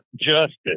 justice